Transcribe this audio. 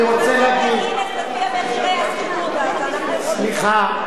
מחירי השכירות, אז אנחנו,